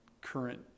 current